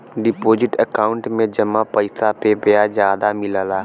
deposit account में जमा पइसा पे ब्याज जादा मिलला